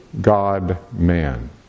God-man